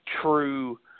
true